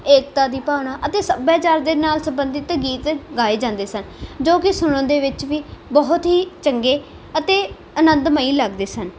ਏਕਤਾ ਦੀ ਭਾਵਨਾ ਅਤੇ ਸੱਭਿਆਚਾਰ ਦੇ ਨਾਲ ਸੰਬੰਧਿਤ ਗੀਤ ਗਾਏ ਜਾਂਦੇ ਸਨ ਜੋ ਕਿ ਸੁਣਨ ਦੇ ਵਿੱਚ ਵੀ ਬਹੁਤ ਹੀ ਚੰਗੇ ਅਤੇ ਆਨੰਦਮਈ ਲੱਗਦੇ ਸਨ